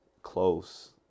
close